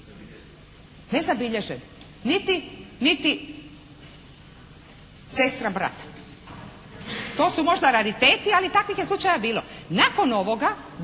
Nezabilježen. Niti, niti sestra brata. To su možda rariteti ali takvih je slučajeva bilo. Nakon ovoga